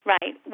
Right